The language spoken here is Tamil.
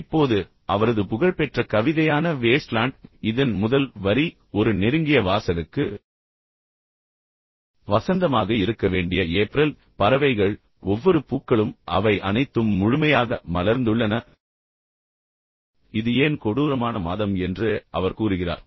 இப்போது அவரது புகழ்பெற்ற கவிதையான வேஸ்ட்லாண்ட் இதன் முதல் வரி ஒரு நெருங்கிய வாசகருக்கு வசந்தமாக இருக்க வேண்டிய ஏப்ரல் பின்னர் பறவைகள் ஒவ்வொரு பூக்களும் அவை அனைத்தும் முழுமையாக மலர்ந்துள்ளன இது ஏன் கொடூரமான மாதம் என்று அவர் கூறுகிறார்